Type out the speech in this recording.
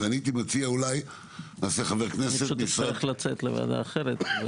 אני פשוט צריך לצאת לוועדה אחרת.